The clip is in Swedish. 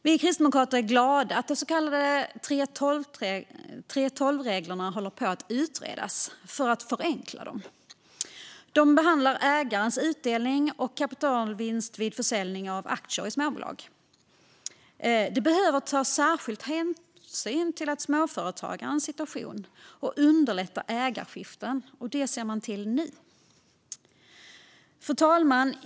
Vi kristdemokrater är glada att de så kallade 3:12-reglerna håller på att utredas för att förenkla dem. De behandlar ägarens utdelning och kapitalvinst vid försäljning av aktier i småbolag. De behöver ta särskild hänsyn till småföretagarens situation och underlätta ägarskiften. Det ser man nu till. Fru talman!